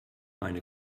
meine